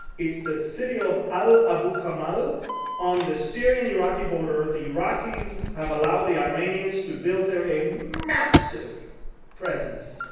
it's the city of ah al-bukamal ah on the syrian-iraqi border. the iraqis have allowed the iranians to build there a massive presence.